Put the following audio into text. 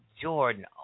Jordan